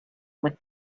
much